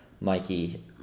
Mikey